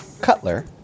Cutler